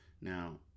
Now